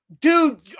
Dude